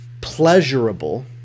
pleasurable